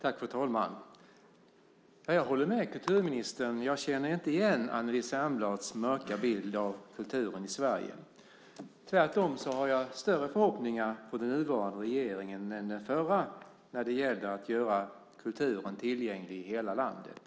Fru talman! Jag håller med kulturministern. Jag känner inte igen Anneli Särnblads mörka bild av kulturen i Sverige. Tvärtom har jag större förhoppningar på den nuvarande regeringen än på den förra när det gäller att göra kulturen tillgänglig i hela landet.